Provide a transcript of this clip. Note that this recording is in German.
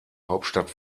hauptstadt